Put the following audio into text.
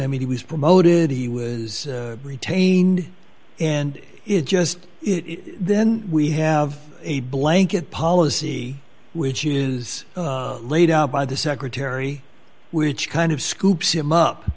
i mean he was promoted he was retained and it just it then we have a blanket policy which is laid out by the secretary which kind of scoops him up